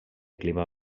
clima